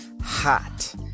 hot